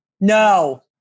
No